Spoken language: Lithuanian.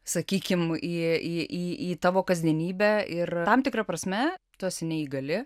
sakykime į į į tavo kasdienybę ir tam tikra prasme tu esi neįgali